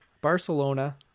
Barcelona